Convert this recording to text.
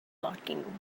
locking